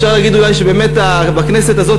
אפשר להגיד אולי שבאמת בכנסת הזאת,